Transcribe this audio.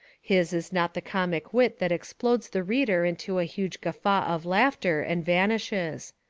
his is not the comic wit that explodes the reader into a huge guffaw of laughter and vanishes.